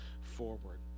forward